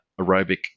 aerobic